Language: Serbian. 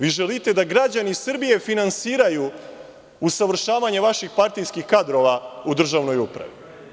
Vi želite da građani Srbije finansiraju usavršavanje vaših partijskih kadrova u državnoj upravi.